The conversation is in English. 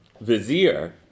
vizier